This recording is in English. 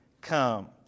come